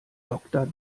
doktor